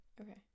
Okay